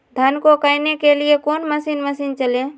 धन को कायने के लिए कौन मसीन मशीन चले?